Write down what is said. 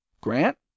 Grant